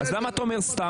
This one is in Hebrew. למה אתה סתם אומר דברים?